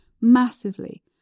massively